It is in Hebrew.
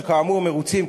שכאמור מרוצים,